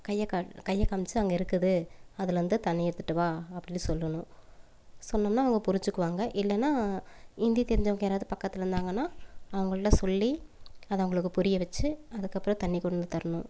கையை காட் கையை காமித்து அங்கே இருக்குது அதிலேருந்து தண்ணி எடுத்துகிட்டு வா அப்படி சொல்லணும் சொன்னோம்னால் அவங்க புரிஞ்சுக்குவாங்க இல்லைன்னா ஹிந்தி தெரிஞ்சவங்க யாராவது பக்கத்தில் இருந்தாங்கன்னால் அவங்கள்கிட்ட சொல்லி அதை அவர்களுக்கு புரிய வச்சு அதுக்கப்புறம் தண்ணி கொண்டு வந்து தரணும்